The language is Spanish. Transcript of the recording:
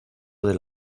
del